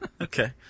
okay